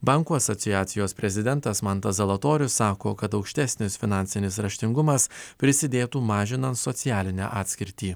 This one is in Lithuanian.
bankų asociacijos prezidentas mantas zalatorius sako kad aukštesnis finansinis raštingumas prisidėtų mažinant socialinę atskirtį